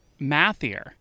mathier